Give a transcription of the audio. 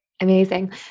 Amazing